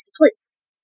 please